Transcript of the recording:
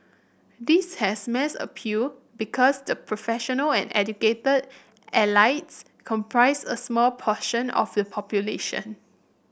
this has mass appeal because the professional and educated elites comprise a small portion of the population